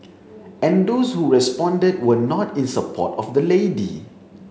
and those who responded were not in support of the lady